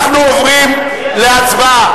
אנחנו עוברים להצבעה.